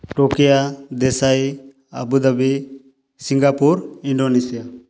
Tokyo Desai Abu Dhabi Singapore Indonesia